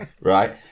Right